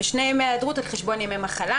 ושני ימי היעדרות על חשבון ימי מחלה.